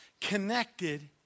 connected